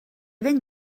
ben